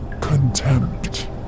contempt